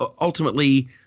ultimately –